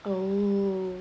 oh